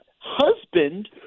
husband